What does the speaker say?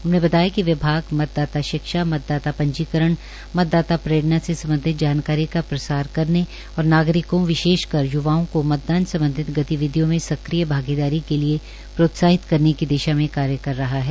उन्होंने बताया कि विभाग मतदाता शिक्षा मतदाता पंजीकरण मतदाता प्रेरणा से संबंधित जानकारी का प्रसार करने और नागरिकों विशेषकर य्वाओं को मतदान संबंधित गतिविधियों में सक्रिय भागीदारी के लिए प्रोत्साहित करने की दिशा में कार्य कर रहा है